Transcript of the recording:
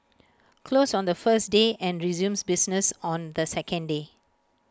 closed on the first day and resumes business on the second day